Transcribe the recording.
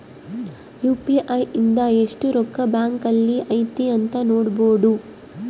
UPI ಇಂದ ಎಸ್ಟ್ ರೊಕ್ಕ ಬ್ಯಾಂಕ್ ಅಲ್ಲಿ ಐತಿ ಅಂತ ನೋಡ್ಬೊಡು